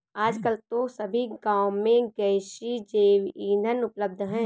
आजकल तो सभी गांव में गैसीय जैव ईंधन उपलब्ध है